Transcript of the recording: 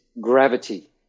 gravity